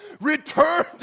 Return